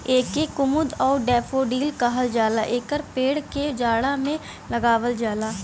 एके कुमुद आउर डैफोडिल कहल जाला एकर पौधा के जाड़ा में लगावल जाला